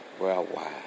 Worldwide